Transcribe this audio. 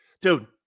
Dude